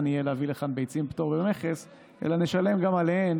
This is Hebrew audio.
יהיה להביא ביצים עם פטור ממכס אלא נשלם גם עליהן